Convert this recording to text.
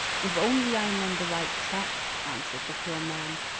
if only i am on the right track, answered the poor man.